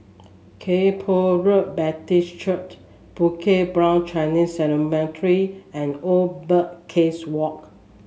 Kay Poh Road Baptist Church Bukit Brown Chinese Cemetery and Old Birdcage Walk